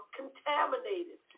contaminated